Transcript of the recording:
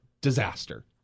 disaster